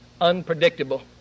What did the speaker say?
unpredictable